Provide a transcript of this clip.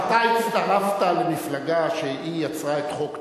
אתה הצטרפת למפלגה שיצרה את חוק טל.